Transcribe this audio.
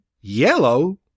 yellow